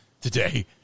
today